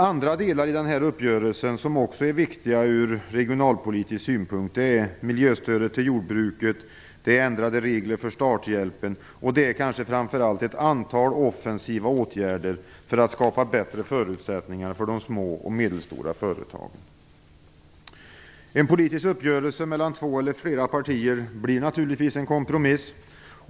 Andra delar i uppgörelsen som också är viktiga ur regionalpolitisk synpunkt är miljöstödet till jordbruket, ändrade regler för starthjälpen och kanske framför allt ett antal offensiva åtgärder för att skapa bättre förutsättningar för de små och medelstora företagen. En politisk uppgörelse mellan två eller flera partier blir naturligtvis en kompromiss.